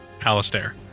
Alistair